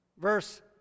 Verse